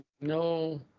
no